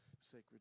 sacred